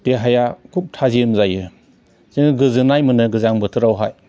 देहाया खोब थाजिम जायो जों गोजोननाय मोनो गोजां बोथोरावहाय